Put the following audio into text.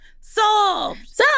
Solved